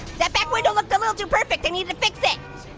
that back window looks a little too perfect. you need to fix it.